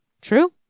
true